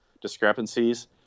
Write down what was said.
discrepancies